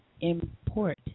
import